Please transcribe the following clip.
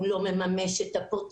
הוא לא מממש את הפוטנציאל.